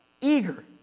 eager